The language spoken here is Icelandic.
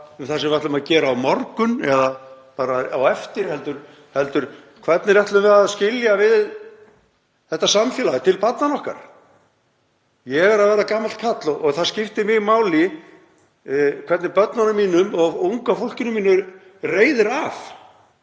um það sem við ætlum að gera á morgun eða á eftir heldur hvernig við ætlum við að skilja við þetta samfélag til barnanna okkar. Ég er að verða gamall karl og það skiptir mig máli hvernig börnunum mínum og unga fólkinu mínu reiðir af,